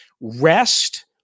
rest